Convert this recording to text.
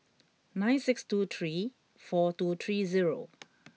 nine six two three four two three zero